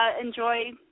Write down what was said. enjoy